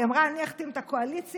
היא אמרה: אני אחתים את הקואליציה,